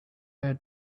had